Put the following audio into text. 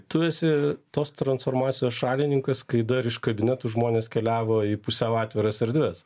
tu esi tos transformacijos šalininkas kai dar iš kabinetų žmonės keliavo į pusiau atviras erdves